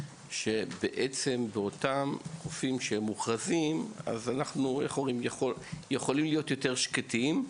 שבאותם חופים מוכרזים אנחנו יכולים להיות שקטים יותר,